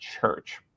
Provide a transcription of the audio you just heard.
church